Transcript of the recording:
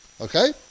Okay